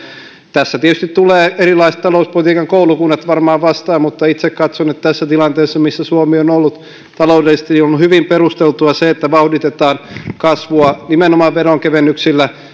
tässä tietysti tulevat erilaiset talouspolitiikan koulukunnat varmaan vastaan mutta itse katson että tässä tilanteessa missä suomi on ollut taloudellisesti on hyvin perusteltua se että vauhditetaan kasvua nimenomaan veronkevennyksillä